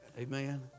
amen